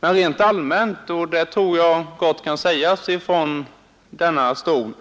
Men rent allmänt finns det anledning — och det tror jag gott kan sägas från denna talarstol